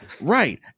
right